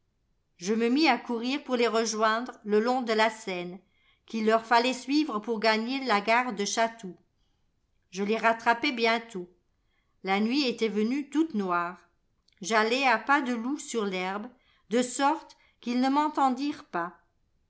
je me mis à courir pour les rejoindre le long de la seine qu'il leur fallait sui re pour gagner la gare de chatou je les rattrapai bientôt la nuit était venue toute noire j'allais à pas de loup sur l'herbe de sorte qu'ils ne m'entendirent pas